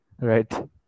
Right